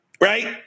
Right